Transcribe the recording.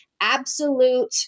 absolute